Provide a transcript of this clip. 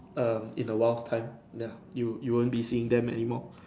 um in a while of time ya you you won't be seeing them anymore